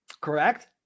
Correct